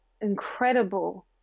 incredible